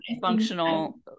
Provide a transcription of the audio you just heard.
functional